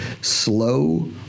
slow